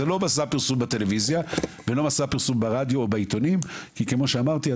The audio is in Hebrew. זה לא מסע פרסום בטלוויזיה ולא ברדיו או בעיתונים כי כמו שאמרתי,